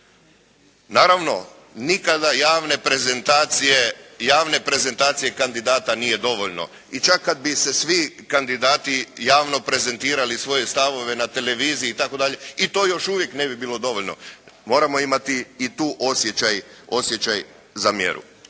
Naravno, nikada javne prezentacije kandidata nije dovoljno. I čak kad bi se svi kandidati javno prezentirali svoje stavove na televiziji, itd. i to još uvijek ne bi bilo dovoljno. Moramo imati i tu osjećaj za mjeru.